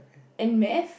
and maths